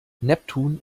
neptun